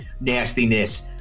nastiness